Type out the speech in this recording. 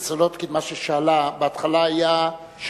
מה ששאלה חברת הכנסת סולודקין: בהתחלה זה היה שנה,